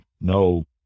no